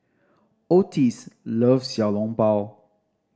Ottis love Xiao Long Bao